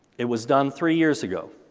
it was done three years ago,